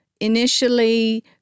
initially